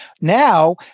Now